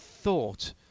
thought